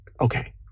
Okay